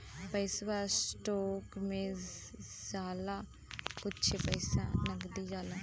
पैसवा स्टोक मे जाला कुच्छे पइसा नगदी जाला